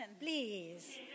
please